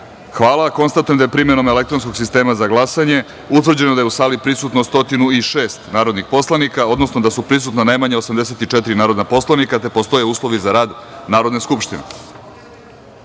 glasanje. Konstatujem da je primenom elektronskog sistema za glasanje, utvrđeno da su u sali prisutna 106 narodnih poslanika, odnosno da su prisutna najmanje 84 narodna poslanika, te postoje uslovi za rad Narodne skupštine. Da